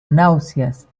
náuseas